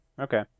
Okay